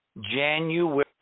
January